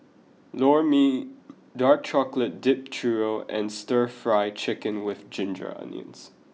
Lor Mee Dark Chocolate Dipped Churro and Stir Fry Chicken with Ginger Onions